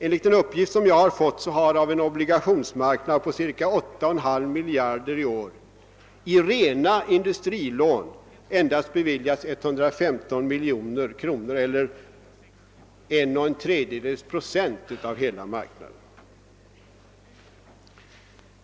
Enligt en uppgift jag fått har av en total obligationsmarknad på cirka 8,5 miljarder kronor i år i rena industrilån endast beviljats 115 miljoner kronor eller 11/3 procent.